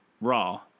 Raw